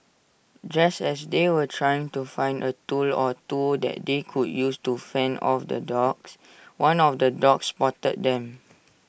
just as they were trying to find A tool or two that they could use to fend off the dogs one of the dogs spotted them